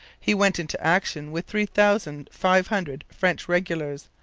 he went into action with three thousand five hundred french regulars,